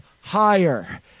higher